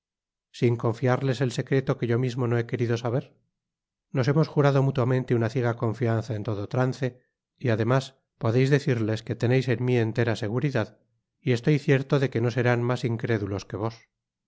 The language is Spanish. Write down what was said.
sin confiarles el secreto que yo mismo no he querido saber nos hemos jurado mutuamente una ciega confianza en todo trance y además podeis decirles que teneis en mi entera seguridad y estoy cierto de que no serán mas incrédulos que vos